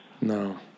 No